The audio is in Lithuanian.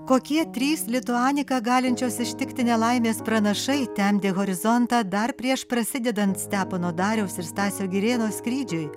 kokie trys lituanika galinčios ištikti nelaimės pranašai temdė horizontą dar prieš prasidedant stepono dariaus ir stasio girėno skrydžiui